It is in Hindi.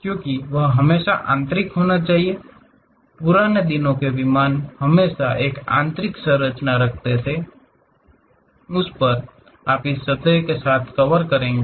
क्योंकि वह हमेशा आंतरिक होना चाहिए पुराने दिनों के विमान हमेशा एक आंतरिक संरचना रखते थे उस पर आप इसे सतहों के साथ कवर करेंगे